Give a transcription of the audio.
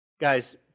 guys